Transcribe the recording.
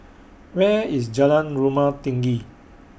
Where IS Jalan Rumah Tinggi